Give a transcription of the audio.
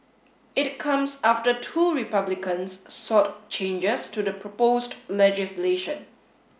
it comes after two Republicans sought changes to the proposed legislation